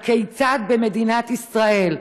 הכיצד במדינת ישראל,